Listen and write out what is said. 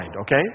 okay